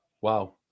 Wow